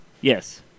Yes